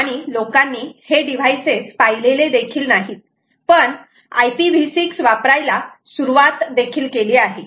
आणि लोकांनी हे डिव्हाइसेस पाहिलेले देखील नाहीत पण IPV6 वापरायला सुरुवात देखील केली आहे